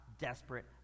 desperate